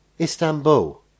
istanbul